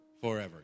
forever